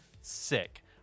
sick